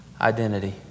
identity